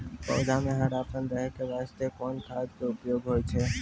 पौधा म हरापन रहै के बास्ते कोन खाद के उपयोग होय छै?